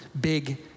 big